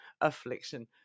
affliction